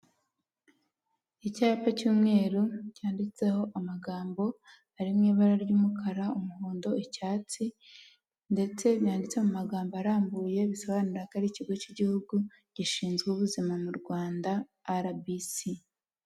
Icyapa cy'umweru, cyanditseho amagambo ari mu ibara ry'umukara, umuhondo, icyatsi, ndetse byanditse mu magambo arambuye bisobanura ko ari ikigo cy'igihugu gishinzwe ubuzima mu Rwanda RBC.